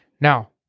Now